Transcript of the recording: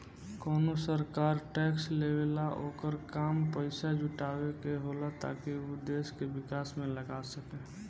कवनो सरकार टैक्स लेवेला ओकर काम पइसा जुटावे के होला ताकि उ देश के विकास में लगा सके